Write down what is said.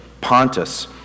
Pontus